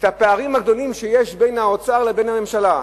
את הפערים הגדולים שיש בין האוצר לבין הממשלה.